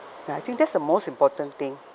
ya I think that's the most important thing